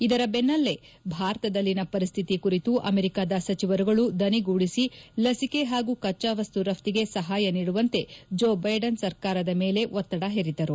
ಇದರ ಬೆನ್ನಲ್ಲೇ ಭಾರತದಲ್ಲಿನ ಪರಿಸ್ಥಿತಿ ಕುರಿತು ಅಮೆರಿಕದ ಸಚಿವರುಗಳು ದನಿಗೂಡಿಸಿ ಲಸಿಕೆ ಹಾಗೂ ಕಚ್ಚಾವಸ್ತು ರಫ್ತಿಗೆ ಸಹಾಯ ನೀಡುವಂತೆ ಜೋ ಬೈಡನ್ ಸರ್ಕಾರದ ಮೇಲೆ ಒತ್ತಡ ಹೇರಿದ್ದರು